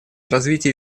развитие